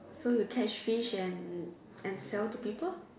so you catch fish and and sell to people